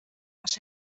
was